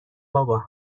بابا